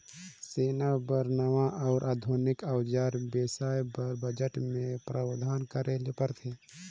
सेना बर नावां अउ आधुनिक अउजार बेसाए बर बजट मे प्रावधान करे ले परथे